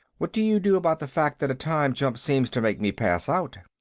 what do you do about the fact that a time-jump seems to make me pass out?